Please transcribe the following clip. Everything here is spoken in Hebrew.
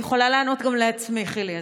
אני יכולה לענות גם לעצמי, חילי.